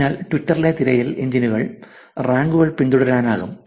അതിനാൽ ട്വിറ്ററിലെ തിരയൽ എഞ്ചിനുകൾക്ക് റാങ്കുകൾ പിന്തുടരാനാകും